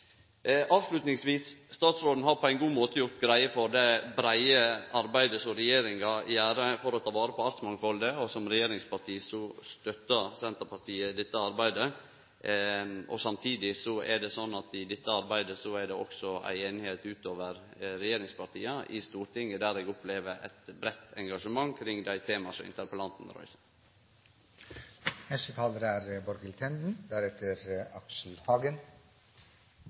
på ein god måte gjort greie for det breie arbeidet som regjeringa gjer for å ta vare på mangfaldet av artar. Som regjeringsparti støttar Senterpartiet dette arbeidet. Samtidig er det sånn at i dette arbeidet er det også ei semje utover regjeringspartia i Stortinget, der eg opplever eit breitt engasjement kring dei tema som interpellanten lyfter. Jeg vil også takke interpellanten, som reiser denne viktige saken. Naturmangfold er